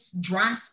dry